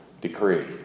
decree